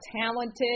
talented